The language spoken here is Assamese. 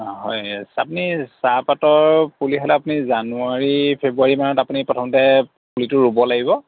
অ হয় আপুনি চাহপাতৰ পুলি হ'লে আপুনি জানুৱাৰী ফেব্ৰুৱাৰী মানত আপুনি প্ৰথমতে পুলিটো ৰুব লাগিব